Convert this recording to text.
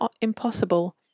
impossible